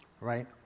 Right